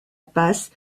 passe